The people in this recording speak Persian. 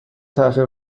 تأخیر